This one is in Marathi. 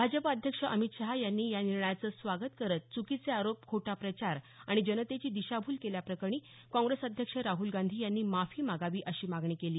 भाजप अध्यक्ष अमित शहा यांनी या निर्णयाचं स्वागत करत च्कीचे आरोप खोटा प्रचार आणि जनतेची दिशाभूल केल्याप्रकरणी काँप्रेस अध्यक्ष राहूल गांधी यांनी माफी मागावी अशी मागणी केली